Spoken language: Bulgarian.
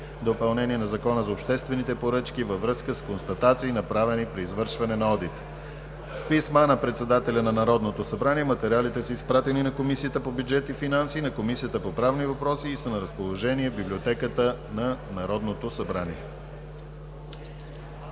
допълнение на Закона за обществените поръчки във връзка с констатации, направени при извършване на одит. С писма на председателя на Народното събрание материалите са изпратени на Комисията по бюджет и финанси и на Комисията по правни въпроси и са на разположение в Библиотеката на Народното събрание.